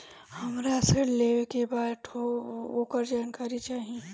हमरा ऋण लेवे के बा वोकर जानकारी चाही